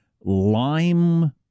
lime